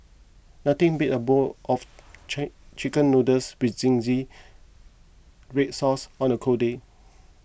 nothing beats a bowl of chi Chicken Noodles with Zingy Red Sauce on a cold day